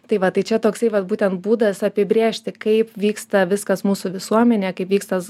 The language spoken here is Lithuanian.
tai va tai čia toksai vat būtent būdas apibrėžti kaip vyksta viskas mūsų visuomenėje kaip vyksta